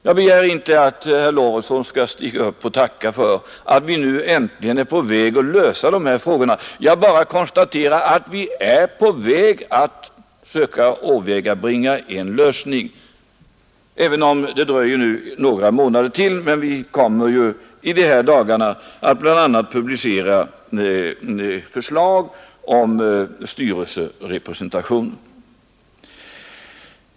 Jag begär inte att herr Lorentzon skall stiga upp och tacka för att vi nu äntligen är på väg att lyckas lösa dessa frågor — jag bara konstaterar att vi är på väg att söka åstadkomma en lösning, även om det dröjer några månader till. Vi kommer ju i dessa dagar att bl.a. publicera förslag om styrelserepresentation.